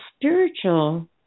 spiritual